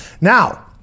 now